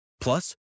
Plus